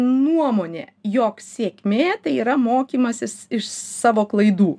nuomonė jog sėkmė tai yra mokymasis iš savo klaidų